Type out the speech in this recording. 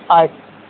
ಆಯ್ತು